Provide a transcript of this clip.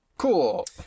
Cool